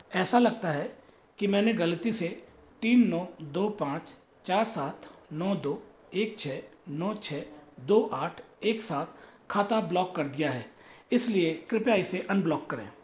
ऐसा लगता है कि मैंने गलती से तीन नौ दो पाँच चार सात नौ दो एक छः नौ छः दो आठ एक सात खाता ब्लॉक कर दिया है इसलिए कृपया इसे अनब्लॉक करें